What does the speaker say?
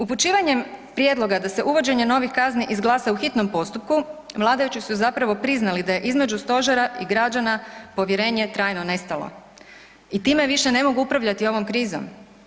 Upućivanjem prijedloga da se uvođenje novih kazni izglasa u hitnom postupku vladajući su zapravo priznali da je između stožera i građana povjerenje trajno nestalo i time više ne mogu upravljati ovom krizom.